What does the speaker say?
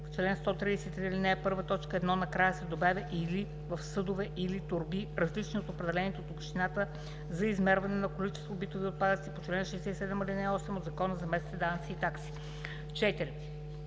В чл. 133, ал. 1, т. 1 накрая се добавя „или в съдове или торби, различни от определените от общината за измерване на количество битови отпадъци по чл. 67, ал. 8 от Закона за местните данъци и такси“. 4.